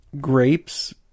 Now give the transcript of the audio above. grapes